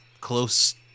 close